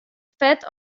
fet